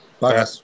Bye